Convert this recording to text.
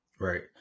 right